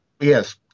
Yes